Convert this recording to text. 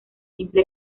simple